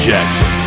Jackson